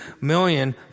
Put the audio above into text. million